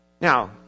now